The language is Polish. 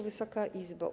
Wysoka Izbo!